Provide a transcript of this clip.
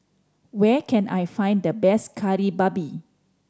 where can I find the best Kari Babi